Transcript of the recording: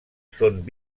són